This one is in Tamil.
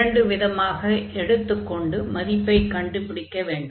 இரண்டு விதமாக எடுத்துக் கொண்டு மதிப்பைக் கண்டுபிடிக்க வேண்டும்